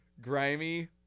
Grimy